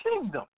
kingdom